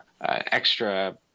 extra